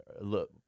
look